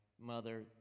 mother